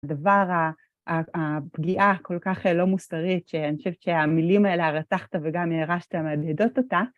הדבר, הפגיעה הכל כך לא מוסרית שאני חושבת שהמילים האלה הרצחת וגם ירשת מהדהדות אותה.